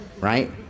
right